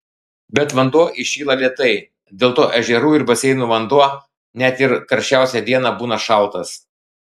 bet vanduo įšyla lėtai dėl to ežerų ir baseinų vanduo net ir karščiausią dieną būna šaltas